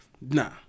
nah